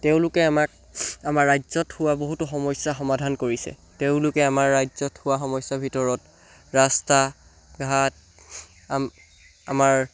তেওঁলোকে আমাক আমাৰ ৰাজ্যত হোৱা বহুতো সমস্যা সমাধান কৰিছে তেওঁলোকে আমাৰ ৰাজ্যত হোৱা সমস্যাৰ ভিতৰত ৰাস্তা ঘাট আমাৰ